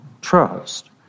trust